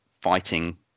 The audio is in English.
fighting